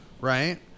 right